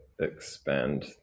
Expand